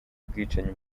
bwicanyi